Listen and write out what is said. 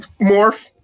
Morph